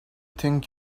think